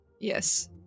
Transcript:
Yes